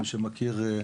למי שמכיר,